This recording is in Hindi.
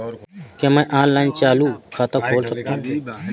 क्या मैं ऑनलाइन चालू खाता खोल सकता हूँ?